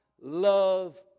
love